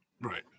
Right